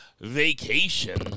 vacation